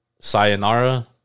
sayonara